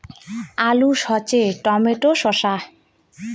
আলু সর্ষে টমেটো শসা